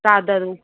चादरूं